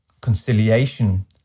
conciliation